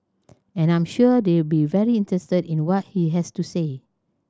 and I'm sure they'll be very interested in what he has to say